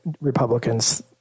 Republicans